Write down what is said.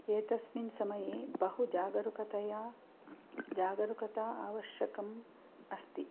एतस्मिन् समये बहु जागरूकतया जागरूकता आवश्यकम् अस्ति